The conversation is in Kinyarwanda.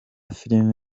film